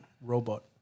robot